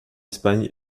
espagne